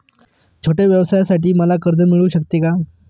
छोट्या व्यवसायासाठी मला कर्ज मिळू शकेल का?